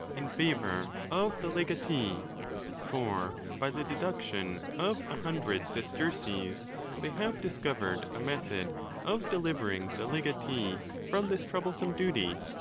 in favour of the legatee for by the deduction of a hundred sesterces, they have discovered a method of delivering the legatee from this troublesome duty.